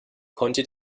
konnte